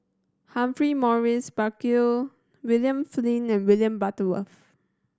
Humphrey Morrison Burkill William Flint and William Butterworth